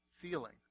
feeling